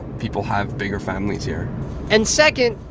people have bigger families here and second,